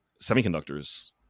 semiconductors